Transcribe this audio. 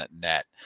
net